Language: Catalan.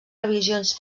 revisions